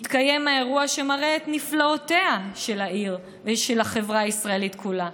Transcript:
יתקיים האירוע שמראה את נפלאותיה של העיר ושל החברה הישראלית כולה: